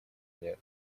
мне